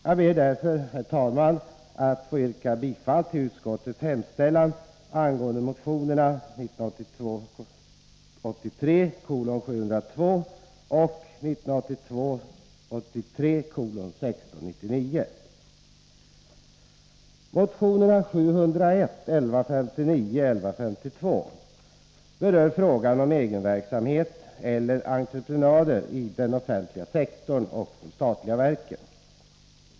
Jag ber därför, herr talman, att få yrka bifall till utskottets hemställan angående motionerna 1982 83:1699. Motionerna 701, 1159 och 1152 berör frågan om egenverksamhet eller entreprenader i den offentliga sektorn och de statliga verken.